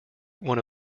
one